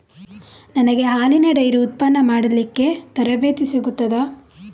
ನನಗೆ ಹಾಲಿನ ಡೈರಿ ಉತ್ಪನ್ನ ಮಾಡಲಿಕ್ಕೆ ತರಬೇತಿ ಸಿಗುತ್ತದಾ?